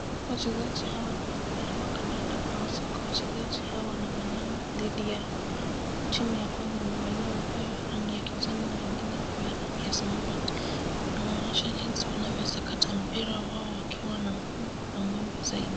Wachezaji hawa ni wa mpira wa kandanda au soka. Wachezaji hawa wanamenyana dhidi yao. Timu ya kwanza imevalia nguo ya rangi ya kijani na ingine nguo ya rangi ya samawati. Wanaonyesha jinsi wanavyosakata mpira wao wakiwa na nguvu na muhimu zaidi.